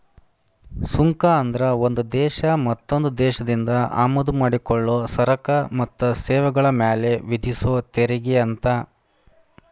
ಸುಂಕ ಅಂದ್ರ ಒಂದ್ ದೇಶ ಮತ್ತೊಂದ್ ದೇಶದಿಂದ ಆಮದ ಮಾಡಿಕೊಳ್ಳೊ ಸರಕ ಮತ್ತ ಸೇವೆಗಳ ಮ್ಯಾಲೆ ವಿಧಿಸೊ ತೆರಿಗೆ ಅಂತ